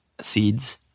seeds